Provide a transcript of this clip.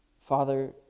Father